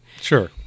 Sure